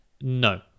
No